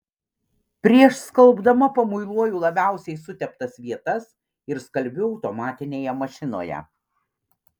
prieš skalbdama pamuiluoju labiausiai suteptas vietas ir skalbiu automatinėje mašinoje